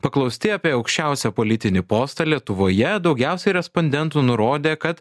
paklausti apie aukščiausią politinį postą lietuvoje daugiausiai respondentų nurodė kad